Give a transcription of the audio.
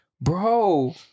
bro